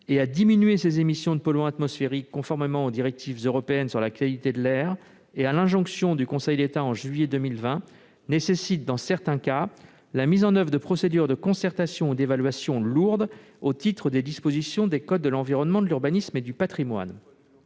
et à diminuer ses émissions de polluants atmosphériques, conformément aux directives européennes sur la qualité de l'air et à l'injonction du Conseil d'État du mois de juillet 2020, nécessite dans certains cas la mise en oeuvre de procédures de concertation ou d'évaluation lourdes, au titre des dispositions des codes de l'environnement, de l'urbanisme et du patrimoine.